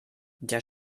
der